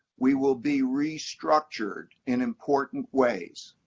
we will be restructured in important ways.